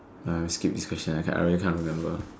uh skip this question I can't I really can't remember